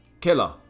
killer